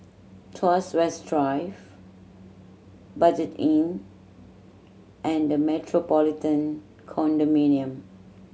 Tuas West Drive Budget Inn and The Metropolitan Condominium